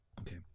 Okay